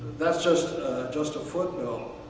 that's just just a footnote.